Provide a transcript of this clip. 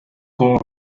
color